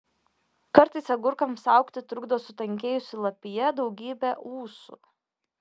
kartais agurkams augti trukdo sutankėjusi lapija daugybė ūsų